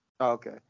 Okay